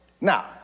Now